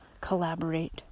collaborate